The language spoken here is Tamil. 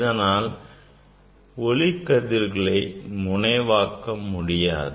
இதனால் ஒளிக்கதிர்களை முனைவாக்க முடியாது